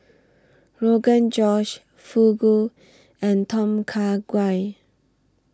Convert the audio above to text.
Rogan Josh Fugu and Tom Kha Gai